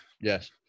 Yes